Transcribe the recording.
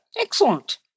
Excellent